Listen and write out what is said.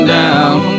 down